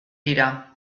dira